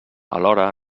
alhora